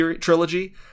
trilogy